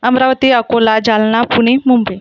Amravati Akola Jalna Pune Mumbai